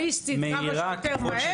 הבליסטית כמה שיותר מהר.